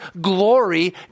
glory